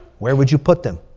where would you put them?